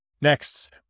Next